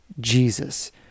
Jesus